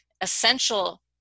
essential